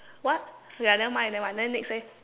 what okay ah nevermind nevermind then next eh